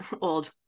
old